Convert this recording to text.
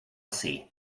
see